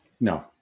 No